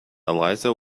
eliza